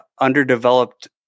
underdeveloped